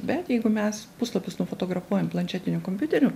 bet jeigu mes puslapius nufotografuojam planšetiniu kompiuteriu